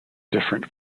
different